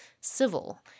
civil